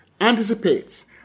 anticipates